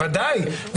ודאי,